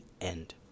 end